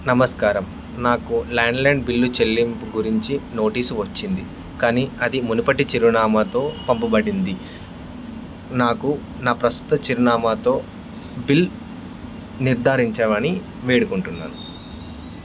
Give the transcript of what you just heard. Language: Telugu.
నమస్కారం నాకు ల్యాండ్లైన్ బిల్లు చెల్లింపు గురించి నోటీస్ వచ్చింది కానీ అది మునపటి చిరునామాతో పంపబడింది నాకు నా ప్రస్తుత చిరునామాతో బిల్ నిర్ధారించమని వేడుకుంటున్నాను